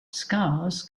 scars